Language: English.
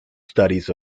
studies